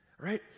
Right